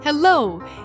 Hello